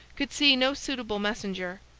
could see no suitable messenger.